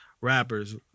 rappers